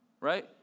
right